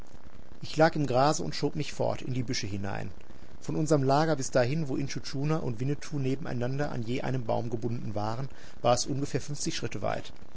ich lag im grase und schob mich fort in die büsche hinein von unserm lager bis dahin wo intschu tschuna und winnetou nebeneinander an je einen baum gebunden waren war es ungefähr fünfzig schritte weit